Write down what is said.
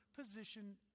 position